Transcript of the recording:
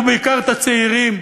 ובעיקר את הצעירים.